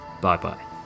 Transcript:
Bye-bye